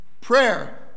Prayer